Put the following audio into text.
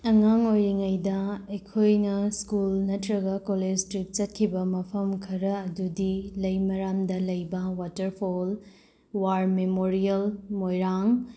ꯑꯉꯥꯡ ꯑꯣꯏꯔꯤꯉꯩꯗ ꯑꯩꯈꯣꯏꯅ ꯁ꯭ꯀꯨꯜ ꯅꯠꯇ꯭ꯔꯒ ꯀꯣꯂꯦꯖ ꯇ꯭ꯔꯤꯞ ꯆꯠꯈꯤꯕ ꯃꯐꯝ ꯈꯔ ꯑꯗꯨꯗꯤ ꯂꯩꯃꯔꯥꯝꯗ ꯂꯩꯕ ꯋꯥꯇꯔ ꯐꯣꯜ ꯋꯥꯔ ꯃꯦꯃꯣꯔꯤꯌꯦꯜ ꯃꯣꯏꯔꯥꯡ